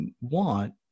want